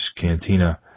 Cantina